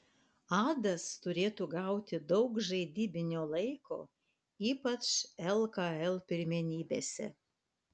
adas turėtų gauti daug žaidybinio laiko ypač lkl pirmenybėse